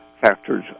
factors